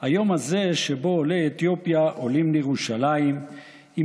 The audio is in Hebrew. היום הזה שבו עולי אתיופיה עולים לירושלים עם